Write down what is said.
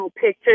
picture